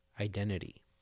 identity